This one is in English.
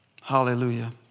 Hallelujah